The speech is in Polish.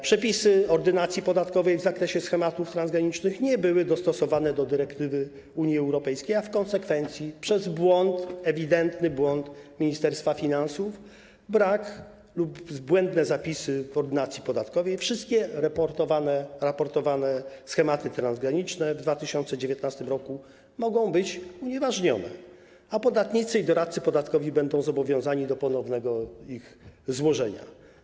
Przepisy Ordynacji podatkowej w zakresie schematów transgranicznych nie były dostosowane do dyrektywy Unii Europejskiej, a w konsekwencji, przez ewidentny błąd Ministerstwa Finansów, brak zapisów lub błędne zapisy w Ordynacji podatkowej, wszystkie raportowane schematy transgraniczne w 2019 r. mogą być unieważnione, a podatnicy i doradcy podatkowi będą zobowiązani do ich ponownego złożenia.